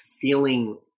feeling